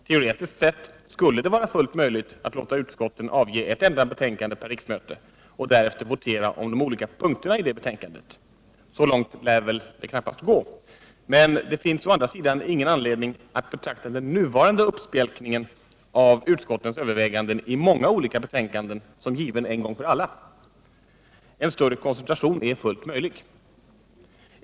Teoretiskt sett skulle det vara fullt möjligt att låta utskotten avge ett enda betänkande per riksmöte och därefter votera om de olika punkterna i det betänkandet. Så långt lär det väl knappast gå, men det finns å andra sidan ingen anledning att betrakta den nuvarande uppspjälkningen av utskottens överväganden i många olika betänkanden som given en gång för alla. En större koncentration är fullt möjlig.